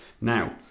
Now